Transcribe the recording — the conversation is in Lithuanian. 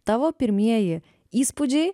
tavo pirmieji įspūdžiai